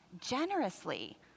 generously